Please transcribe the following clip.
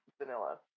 vanilla